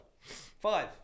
Five